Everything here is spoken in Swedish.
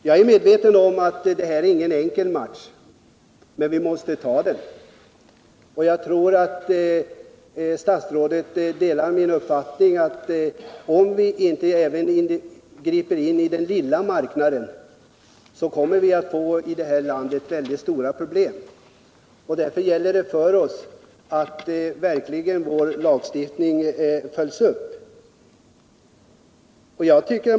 Jag är medveten om att det inte är någon enkel match, men vi måste ta den. Jag tror att statsrådet delar min uppfattning att om vi inte griper in även på den lilla marknaden, så kommer vi att få mycket stora problem i det här landet. Därför gäller det att vår lagstiftning verkligen följs upp.